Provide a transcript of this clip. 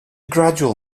gradual